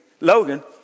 Logan